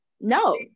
No